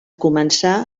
començar